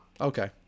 Okay